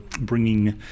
bringing